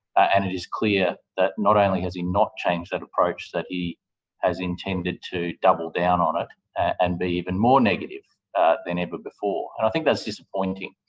and it is clear that, not only has he not changed that approach, that he has intended to double-down on it and be even more negative than ever before. i think that's disappointing.